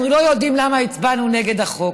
אנחנו לא יודעים למה הצבענו נגד החוק.